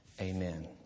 amen